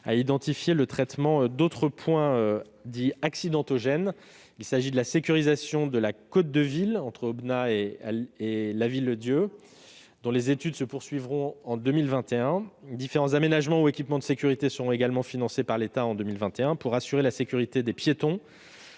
a identifié le traitement d'autres points accidentogènes, comme la sécurisation de la côte de Ville entre Aubenas et Lavilledieu, dont les études se poursuivront en 2021 ; différents aménagements ou équipements de sécurité sont également financés par l'État en 2021 pour assurer la sécurité des piétons,